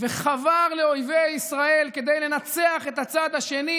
וחבר לאויבי ישראל כדי לנצח את הצד השני,